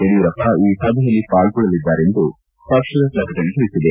ಯಡಿಯೂರಪ್ಪ ಈ ಸಭೆಯಲ್ಲಿ ಪಾಲ್ಗೊಳ್ಳಲಿದ್ದಾರೆಂದು ಪಕ್ಷದ ಪ್ರಕಟಣೆ ತಿಳಿಸಿದೆ